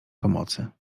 pomocy